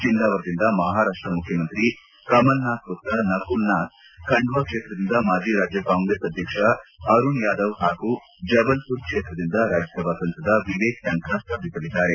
ಚಿಂದಾವರದಿಂದ ಮಹಾರಾಷ್ಷ ಮುಖ್ಯಮಂತ್ರಿ ಕಮಲ್ನಾಥ್ ಮತ್ರ ನಕುಲ್ ನಾಥ್ ಖಂಡ್ವಾ ಕ್ಷೇತ್ರದಿಂದ ಮಾಜಿ ರಾಜ್ಯ ಕಾಂಗ್ರೆಸ್ ಅಧ್ಯಕ್ಷ ಅರುಣ್ ಯಾದವ್ ಹಾಗೂ ಜಭಲ್ಮರ ಕ್ಷೇತ್ರದಿಂದ ರಾಜ್ಯಸಭಾ ಸಂಸದ ವಿವೇಕ್ ಟಂಕಾ ಸ್ಪರ್ಧಿಸಲಿದ್ದಾರೆ